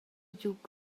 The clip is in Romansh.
giug